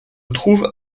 trouve